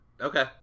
Okay